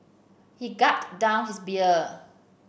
he gulped down his beer